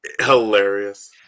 Hilarious